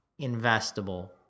investable